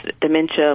dementia